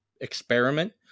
experiment